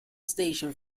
station